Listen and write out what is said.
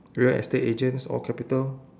real estate agents all capital